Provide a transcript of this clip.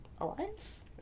Alliance